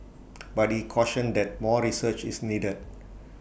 but he cautioned that more research is needed